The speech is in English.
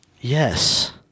Yes